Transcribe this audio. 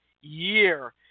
year